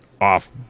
off